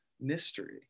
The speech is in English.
mystery